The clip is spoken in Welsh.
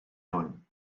hwn